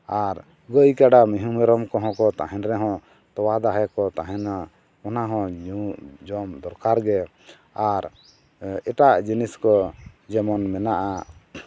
ᱟᱨ ᱜᱟᱹᱭ ᱠᱟᱰᱟ ᱢᱮᱦᱩ ᱢᱮᱨᱚᱢ ᱠᱚ ᱠᱚᱸ ᱠᱚ ᱛᱟᱦᱮᱱ ᱨᱮ ᱦᱚᱸ ᱛᱳᱣᱟ ᱫᱟᱦᱮ ᱠᱚ ᱛᱟᱦᱮᱱᱟ ᱚᱱᱟ ᱦᱚᱸ ᱧᱩᱼᱡᱚᱢ ᱫᱚᱨᱠᱟ ᱜᱮ ᱟᱨ ᱮᱴᱟᱜ ᱡᱤᱱᱤᱥ ᱠᱚ ᱡᱮᱢᱚᱱ ᱢᱮᱱᱟᱜᱼᱟ